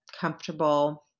comfortable